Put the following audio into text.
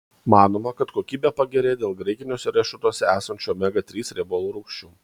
manoma kad kokybė pagerėja dėl graikiniuose riešutuose esančių omega trys riebalų rūgščių